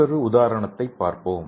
மற்றொரு உதாரணத்தைப் பார்ப்போம்